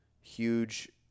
huge